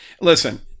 listen